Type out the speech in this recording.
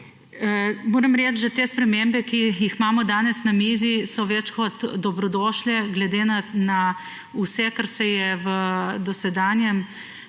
Moram reči, da so te spremembe, ki jih imamo danes na mizi, več kot dobrodošle, glede na vse, kar se je v dosedanjem